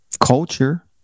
Culture